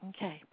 Okay